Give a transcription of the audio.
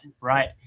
Right